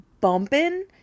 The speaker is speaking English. bumping